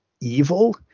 evil